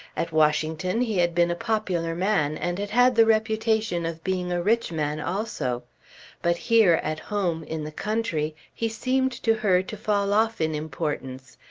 at washington he had been a popular man and had had the reputation of being a rich man also but here, at home, in the country he seemed to her to fall off in importance,